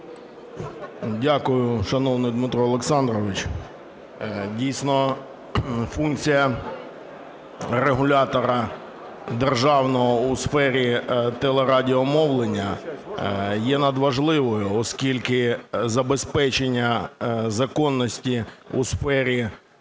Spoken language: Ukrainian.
Дякую, шановний Дмитро Олександрович. Дійсно, функція регулятора державного у сфері телерадіомовлення є надважливою, оскільки забезпечення законності у сфері